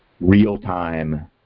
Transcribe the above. real-time